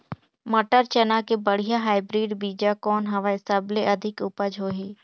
मटर, चना के बढ़िया हाईब्रिड बीजा कौन हवय? सबले अधिक उपज होही?